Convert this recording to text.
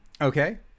Okay